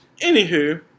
anywho